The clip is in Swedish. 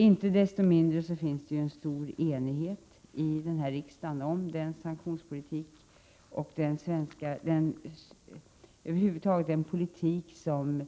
Inte desto mindre föreligger stor enighet i den svenska riksdagen om den sanktionspolitik och den politik över huvud taget som